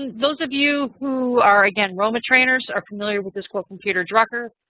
and those of you who are again roma trainers are familiar with this quote from peter drucker.